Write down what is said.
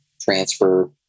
transfer